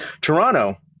Toronto